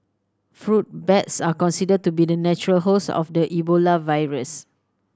fruit bats are considered to be the natural host of the Ebola virus